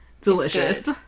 delicious